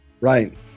Right